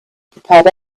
prepared